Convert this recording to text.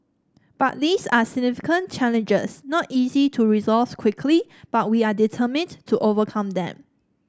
but these are significant challenges not easy to resolve quickly but we are determined to overcome them